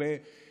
לגבי